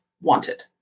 wanted